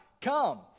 come